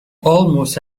almost